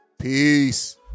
Peace